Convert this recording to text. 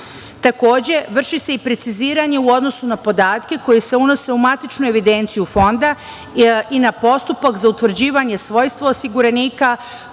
prava. Takođe, vrši se i preciziranje u odnosu na podatke koji se unose u matičnu evidenciju Fonda i na postupak za utvrđivanje svojstva osiguranika